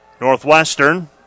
Northwestern